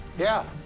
yeah,